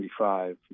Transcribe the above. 1995